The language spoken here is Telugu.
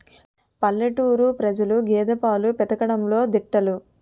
పల్లెటూరు ప్రజలు గేదె పాలు పితకడంలో దిట్టలు